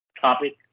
topic